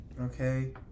Okay